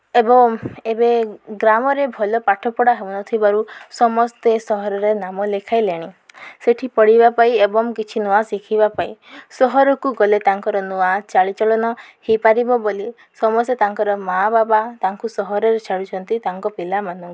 ଏବଂ ଏବେ ଗ୍ରାମରେ ଭଲ ପାଠପଢ଼ା ହେଉନଥିବାରୁ ସମସ୍ତେ ସହରରେ ନାମ ଲେଖାଇଲେଣି ସେଇଠି ପଢ଼ିବା ପାଇଁ ଏବଂ କିଛି ନୂଆ ଶିଖିବା ପାଇଁ ସହରକୁ ଗଲେ ତାଙ୍କର ନୂଆ ଚାଳିଚଳନ ହୋଇପାରିବ ବୋଲି ସମସ୍ତେ ତାଙ୍କର ମା' ବାବା ତାଙ୍କୁ ସହରରେ ଛାଡ଼ୁଛନ୍ତି ତାଙ୍କ ପିଲାମାନଙ୍କୁ